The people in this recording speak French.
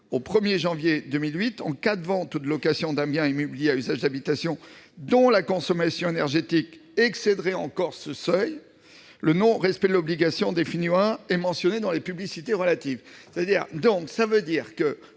du 1 janvier 2028, en cas de vente ou de location d'un bien immobilier à usage d'habitation dont la consommation énergétique excède le seuil mentionné audit I, le non-respect de l'obligation définie au même I est mentionné dans les publicités relatives